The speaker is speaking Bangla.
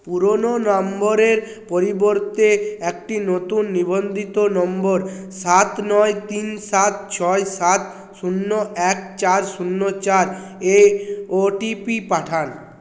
পুরনো নম্বরের পরিবর্তে একটি নতুন নিবন্ধিত নম্বর সাত সাত নয় তিন সাত ছয় সাত শূন্য এক চার শূন্য চার এ ও টি পি পাঠান